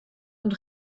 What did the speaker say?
und